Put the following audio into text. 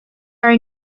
are